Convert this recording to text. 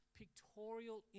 pictorial